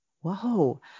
Whoa